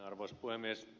arvoisa puhemies